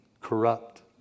corrupt